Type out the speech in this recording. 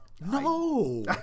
No